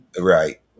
right